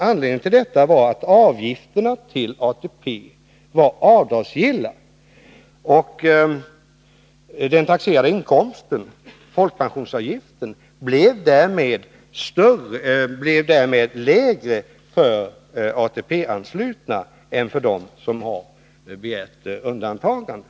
Anledningen till detta var att avgifterna till ATP var avdragsgilla och att de taxerade inkomsterna därmed blev lägre för ATP-anslutna än för dem som begärt undantagande.